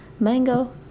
Mango